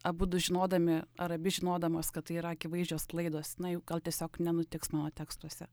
abudu žinodami ar abi žinodamos kad tai yra akivaizdžios klaidos na jų gal tiesiog nenutiks mano tekstuose